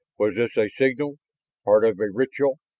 was this a signal part of a ritual?